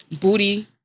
booty